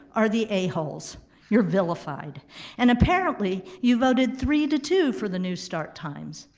are the a-holes. you're vilified and apparently you voted three to two for the new start times.